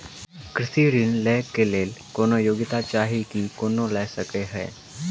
कृषि ऋण लय केँ लेल कोनों योग्यता चाहि की कोनो लय सकै है?